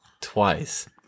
twice